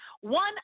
one